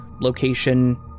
location